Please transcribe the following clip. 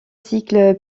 cycle